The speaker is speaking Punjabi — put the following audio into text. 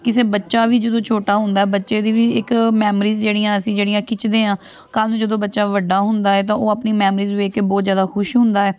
ਕਿਸੇ ਬੱਚਾ ਵੀ ਜਦੋਂ ਛੋਟਾ ਹੁੰਦਾ ਬੱਚੇ ਦੀ ਵੀ ਇੱਕ ਮੈਮਰੀਜ਼ ਜਿਹੜੀਆਂ ਅਸੀਂ ਜਿਹੜੀਆਂ ਖਿੱਚਦੇ ਹਾਂ ਕੱਲ੍ਹ ਨੂੰ ਜਦੋਂ ਬੱਚਾ ਵੱਡਾ ਹੁੰਦਾ ਹੈ ਤਾਂ ਉਹ ਆਪਣੀ ਮੈਮਰੀਜ਼ ਵੇਖ ਕੇ ਬਹੁਤ ਜ਼ਿਆਦਾ ਖੁਸ਼ ਹੁੰਦਾ ਹੈ